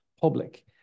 public